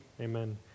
Amen